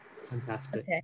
Fantastic